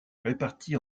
répartis